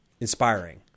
inspiring